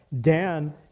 Dan